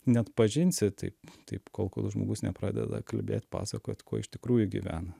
neatpažinsi taip taip kol kol žmogus nepradeda kalbėt pasakot kuo iš tikrųjų gyvena